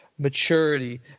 Maturity